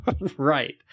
right